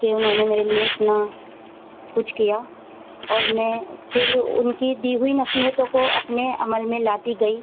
کہ انہوں نے میرے لیے اتنا کچھ کیا اور میں پھر ان کی دی ہوئی نصیحتوں کو اپنے عمل میں لاتی گئی